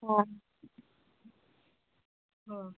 हाँ हाँ